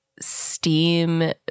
steam